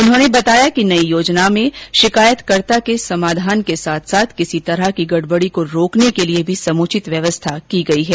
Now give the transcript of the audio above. उन्होने बताया कि नई योजना में शिकायतों के समाधान के साथ साथ किसी तरह की गडबड़ी को रोकने के लिये भी समुचित व्यवस्था की गयी है